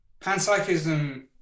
Panpsychism